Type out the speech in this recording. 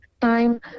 time